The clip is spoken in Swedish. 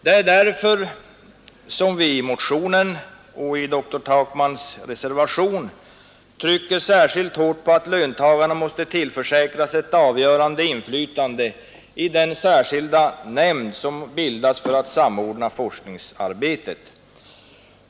Det är därför som vi i motionen och i dr Takmans reservation trycker särskilt hårt på att löntagarna måste tillförsäkras ett avgörande inflytande i den särskilda nämnd som bildas för att samordna forskningsarbetet.